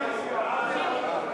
ההצעה להסיר